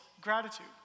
gratitude